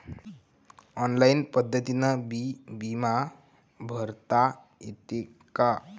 Online पद्धतीनं बी बिमा भरता येते का?